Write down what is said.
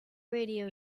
radio